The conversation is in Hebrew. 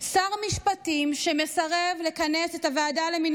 שר משפטים שמסרב לכנס את הוועדה למינוי